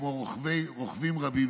כמו גם רוכבים רבים,